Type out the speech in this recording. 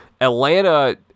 Atlanta